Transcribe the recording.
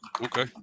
Okay